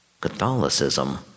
Catholicism